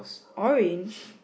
orange